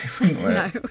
No